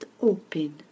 open